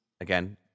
again